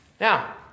Now